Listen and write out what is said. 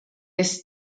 kes